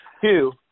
Two